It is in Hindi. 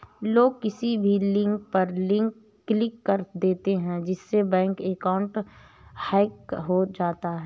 लोग किसी भी लिंक पर क्लिक कर देते है जिससे बैंक अकाउंट हैक होता है